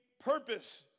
purpose